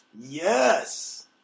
Yes